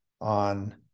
on